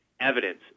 evidence